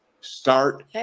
start